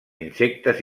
insectes